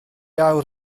awr